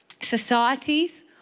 societies